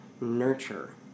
nurture